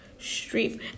Street